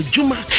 Juma